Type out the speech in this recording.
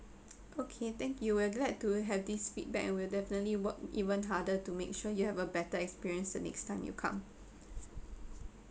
okay then we will let to have this feedback and will definitely work even harder to make sure you have a better experience the next time you come